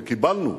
וקיבלנו,